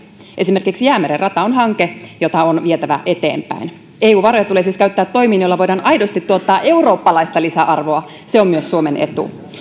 esimerkiksi jäämeren rata on hanke jota on vietävä eteenpäin eu varoja tulee siis käyttää toimiin joilla voidaan aidosti tuottaa eurooppalaista lisäarvoa se on myös suomen etu